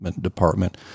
department